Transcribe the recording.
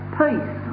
peace